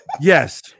Yes